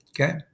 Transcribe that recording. Okay